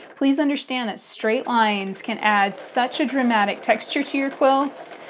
please understand that straight lines can add such a dramatic texture to your quilt.